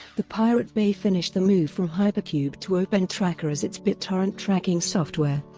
the pirate bay finished the move from hypercube to opentracker as its bittorrent tracking software,